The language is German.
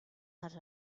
hatte